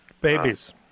Babies